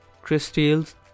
crystals